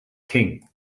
king